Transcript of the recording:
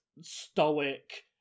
stoic